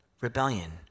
rebellion